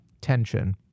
tension